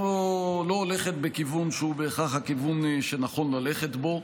הולכת בכיוון שהוא בהכרח הכיוון שנכון ללכת בו.